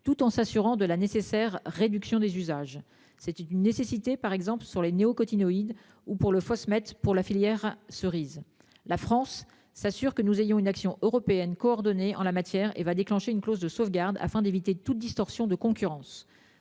tout en s'assurant de la nécessaire réduction des usages. C'est une nécessité par exemple sur les néo-Cottineau hein ou pour le foie se mettent pour la filière cerise. La France s'assure que nous ayons une action européenne coordonnée en la matière et va déclencher une clause de sauvegarde afin d'éviter toute distorsion de concurrence.